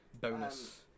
Bonus